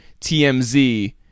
TMZ